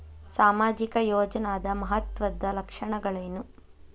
ಸಾಮಾಜಿಕ ಯೋಜನಾದ ಮಹತ್ವದ್ದ ಲಕ್ಷಣಗಳೇನು?